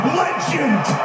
legend